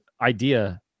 idea